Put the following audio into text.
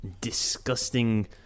disgusting